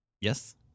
Yes